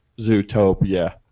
Zootopia